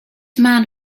man